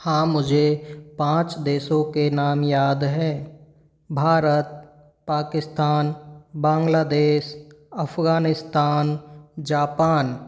हाँ मुझे पाँच देशों के नाम याद हैं भारत पाकिस्तान बांग्लादेश अफ़गानिस्तान जापान